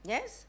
Yes